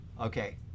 Okay